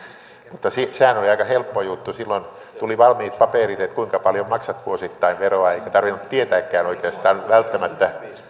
mutta sehän oli aika helppo juttu silloin tuli valmiit paperit kuinka paljon maksat vuosittain veroa eikä tarvinnut tietääkään oikeastaan välttämättä